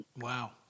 Wow